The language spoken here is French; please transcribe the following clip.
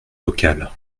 locales